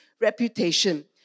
reputation